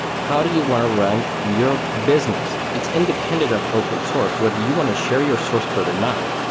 how do you want to run your business? it's independent of open source, whether you want to share your source code or not.